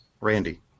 Randy